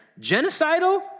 Genocidal